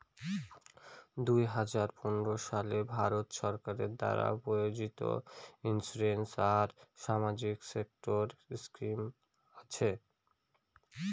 দুই হাজার পনেরো সালে ভারত সরকার দ্বারা প্রযোজিত ইন্সুরেন্স আর সামাজিক সেক্টর স্কিম আছে